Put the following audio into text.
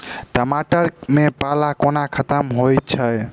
टमाटर मे पाला कोना खत्म होइ छै?